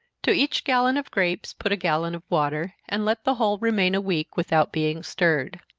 to each gallon of grapes put a gallon of water, and let the whole remain a week, without being stirred.